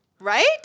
Right